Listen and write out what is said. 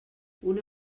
una